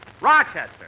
Rochester